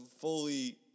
fully